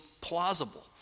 plausible